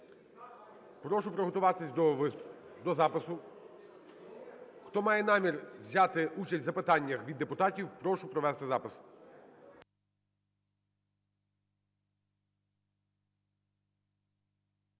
Прошу приготуватись до запису. Хто має намір взяти участь в запитаннях від депутатів, прошу провести запис.